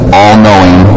all-knowing